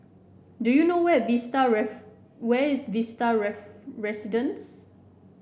do you know where Vista where is Vista Residences